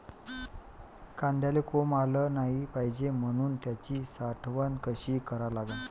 कांद्याले कोंब आलं नाई पायजे म्हनून त्याची साठवन कशी करा लागन?